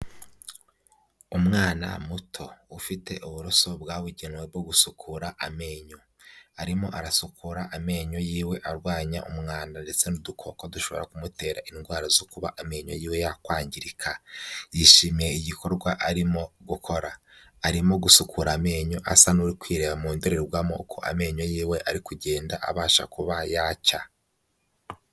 Umwana muto ufite uburoso bwabugenewe bwo gusukura amenyo. Arimo arasukura amenyo yiwe arwanya umwanda ndetse n'udukoko dushobora kumutera indwara zo kuba amenyo yiwe yakwangirika. Yishimiye igikorwa arimo gukora. Arimo gusukura amenyo asa n'uri kwireba mu ndorerwamo uko amenyo yiwe ari kugenda abasha kuba yacya.